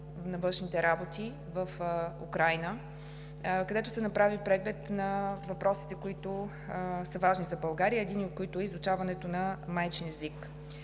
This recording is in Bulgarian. на външните работи в Украйна, където се направи преглед на въпросите, които са важни за България, единият от които е изучаването на майчин език.